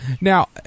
Now